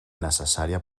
necessària